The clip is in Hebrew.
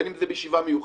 בין אם זה בישיבה מיוחדת,